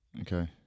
Okay